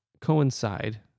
coincide